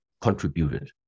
contributed